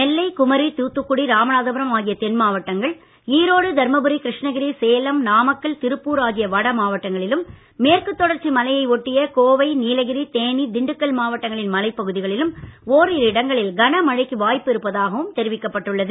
நெல்லை குமரி தூத்துக்குடி ராமநாதபுரம் ஆகிய தென் மாவட்டங்கள் ஈரோடு தர்மபுரி கிருஷ்ணகிரி சேலம் நாமக்கல் திருப்பூர் ஆகிய வட மாவட்டங்களிலும் மேற்கு தொடர்ச்சி மலையை ஒட்டிய கோவை நீலகிரி தேனி திண்டுக்கல் மாவட்டங்களின் மலைப் பகுதிகளிலும் ஓரிரு இடங்களில் கனமழைக்கு வாய்ப்பு இருப்பதாகவும் தெரிவிக்கப்பட்டு உள்ளது